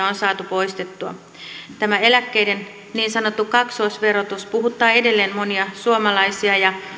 on saatu poistettua eläkkeiden niin sanottu kaksoisverotus puhuttaa edelleen monia suomalaisia ja